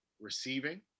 receiving